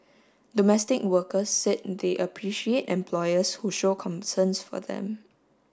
domestic workers said they appreciate employers who show concerns for them